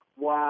Wow